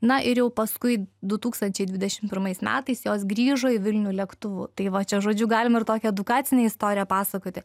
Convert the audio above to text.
na ir jau paskui du tūkstančiai dvidešim pirmais metais jos grįžo į vilnių lėktuvu tai va čia žodžiu galima ir tokią edukacinę istoriją pasakoti